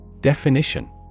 Definition